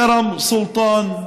כרם סולטאן,